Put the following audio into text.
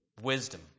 wisdom